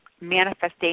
manifestation